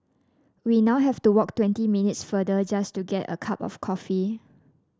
we now have to walk twenty minutes further just to get a cup of coffee